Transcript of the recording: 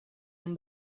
yang